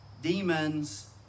demons